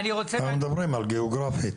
אנחנו מדברים על גיאוגרפית.